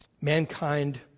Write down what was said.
Mankind